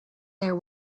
there